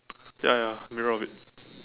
ya ya mirror of it